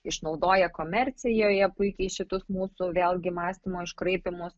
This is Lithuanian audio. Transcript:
išnaudoja komercijoje puikiai šitus mūsų vėlgi mąstymo iškraipymus